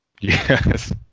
yes